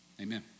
amen